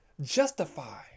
justify